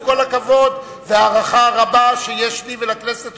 עם כל הכבוד וההערכה הרבה שיש לי ולכנסת